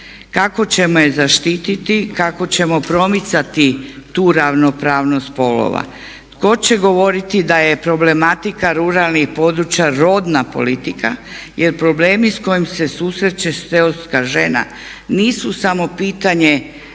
Kako ćemo je zaštiti, kako ćemo promicati tu ravnopravnost spolova, tko će govoriti da je problematika ruralnih područja rodna politika jer problemi s kojim se susreće seoska žena nisu samo pitanje